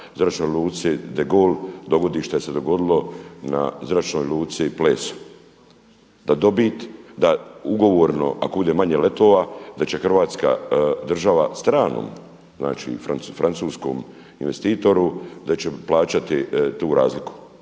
Zračnoj luci de Gaulle dogodi što se je dogodilo na Zračnoj luci Pleso da ugovorno ako bude manje letova da će Hrvatska država stranom znači francuskom investitoru da će plaćati tu razliku.